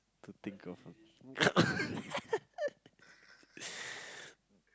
to think of